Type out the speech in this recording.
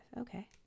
Okay